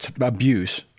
abuse